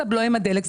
מס הבלו עם הדלק.